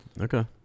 Okay